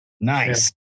Nice